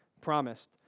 promised